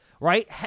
right